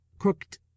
crooked